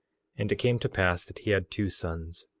and it came to pass that he had two sons.